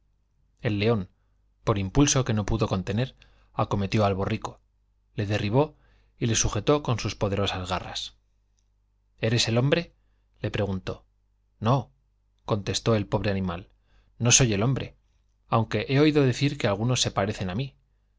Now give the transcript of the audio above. el león por impulso que no pudo contener aco metió al borrico le derribó y le sujetó c on sus pode rosas garras eres el hombre le preguntó no contestó l pobre animal no soy el hombr e i aunque he oído decir que algunos se parecen á mí